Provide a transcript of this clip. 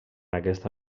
aquesta